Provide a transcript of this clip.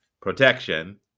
protection